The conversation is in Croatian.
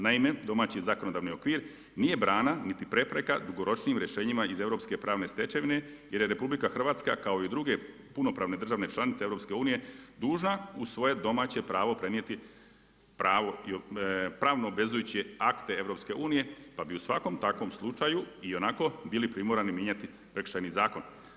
Naime, domaći zakonodavni okvir nije brana niti prepreka dugoročnijim rješenjima iz europske pravne stečevine, jer je RH kao i druge punopravne države članice EU dužna u svoje domaće pravo prenijeti i pravno obvezujuće akte EU, pa bi u svakom takvom slučaju ionako bili primorani mijenjati Prekršajni zakon.